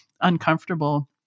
uncomfortable